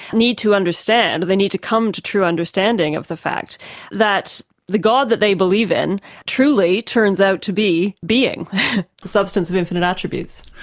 need to understand, they need to come to true understanding of the fact that the god that they believe in truly turns out to be being the substance of infinite attributes.